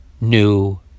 new